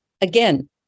Again